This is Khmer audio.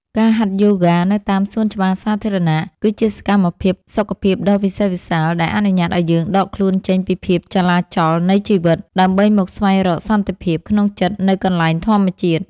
ការហាត់យូហ្គានៅតាមសួនច្បារសាធារណៈ គឺជាសកម្មភាពសុខភាពដ៏វិសេសវិសាលដែលអនុញ្ញាតឱ្យយើងដកខ្លួនចេញពីភាពចលាចលនៃជីវិត ដើម្បីមកស្វែងរកសន្តិភាពក្នុងចិត្តនៅកន្លែងធម្មជាតិ។